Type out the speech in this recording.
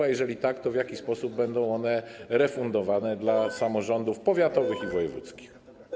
A jeżeli tak, to w jaki sposób będą one refundowane samorządom powiatowym i wojewódzkim?